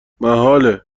محاله